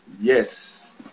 Yes